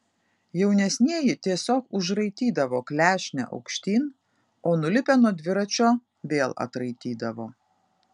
jaunesnieji tiesiog užraitydavo klešnę aukštyn o nulipę nuo dviračio vėl atraitydavo